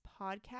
podcast